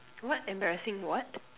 what embarrassing what